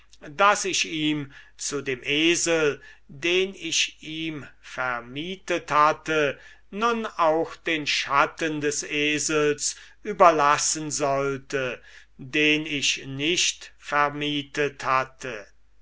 daß ich ihm zu dem esel den ich ihm vermietet hatte nun auch den schatten des esels überlassen sollte den ich nicht vermietet hatte